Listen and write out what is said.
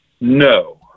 No